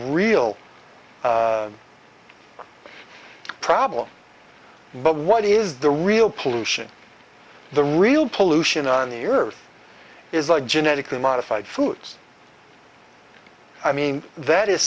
real problem but what is the real pollution the real pollution on the earth is like genetically modified foods i mean that is